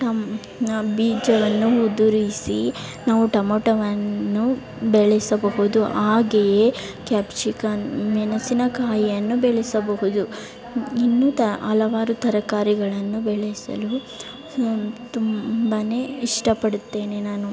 ಟಮ್ ಬೀಜವನ್ನು ಉದುರಿಸಿ ನಾವು ಟಮಟೊವನ್ನು ಬೆಳೆಸಬಹುದು ಹಾಗೆಯೇ ಕಾಪ್ಸಿಕನ್ ಮೆಣಸಿನಕಾಯಿಯನ್ನು ಬೆಳೆಸಬಹುದು ಇನ್ನೂ ತ ಹಲವಾರು ತರಕಾರಿಗಳನ್ನು ಬೆಳೆಸಲು ತುಂಬನೇ ಇಷ್ಟ ಪಡುತ್ತೇನೆ ನಾನು